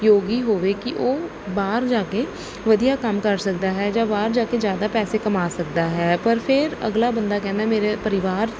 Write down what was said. ਯੋਗੀ ਹੋਵੇ ਕਿ ਉਹ ਬਾਹਰ ਜਾ ਕੇ ਵਧੀਆ ਕੰਮ ਕਰ ਸਕਦਾ ਹੈ ਜਾਂ ਬਾਹਰ ਜਾ ਕੇ ਜ਼ਿਆਦਾ ਪੈਸੇ ਕਮਾ ਸਕਦਾ ਹੈ ਪਰ ਫਿਰ ਅਗਲਾ ਬੰਦਾ ਕਹਿੰਦਾ ਮੇਰਾ ਪਰਿਵਾਰ